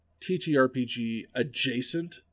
TTRPG-adjacent